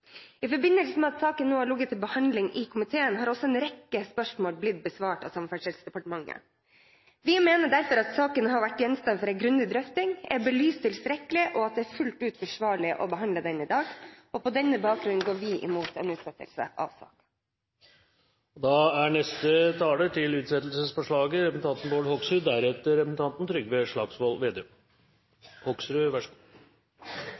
I forbindelse med at saken nå har ligget til behandling i komiteen, har også en rekke spørsmål blitt besvart av Samferdselsdepartementet. Vi mener derfor at saken har vært gjenstand for en grundig drøfting, at den er blitt tilstrekkelig belyst, og at det er fullt ut forsvarlig å behandle den i dag. På denne bakgrunn går vi imot en utsettelse av saken. Først: Jeg er